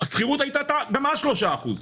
השכירות הייתה גם אז 3 אחוז,